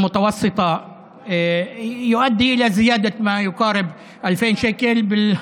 לשכר הממוצע מביא להוספת כ-2,000 שקלים.